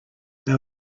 they